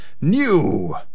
New